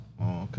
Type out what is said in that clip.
okay